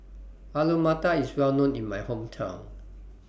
Alu Matar IS Well known in My Hometown